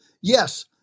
yes